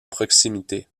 proximité